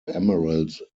emerald